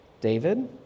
David